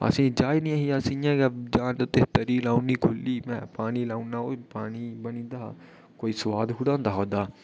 असें ई जाच नेईं ही अस इ'यां गै जान दे तरी आई ओड़नी खु'ल्ली भैं पानी लाई ओड़ना पानी बनी जंदा हा कोई सुआद खोह्ड़ी होंदा हा ओह्दा